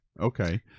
Okay